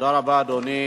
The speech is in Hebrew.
תודה רבה, אדוני.